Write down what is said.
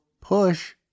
push